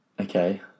Okay